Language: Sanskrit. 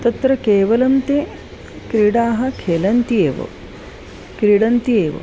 तत्र केवलं ते क्रीडाः खेलन्ति एव क्रीडन्ति एव